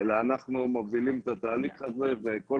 אלא אנחנו מובילים את התהליך הזה וכל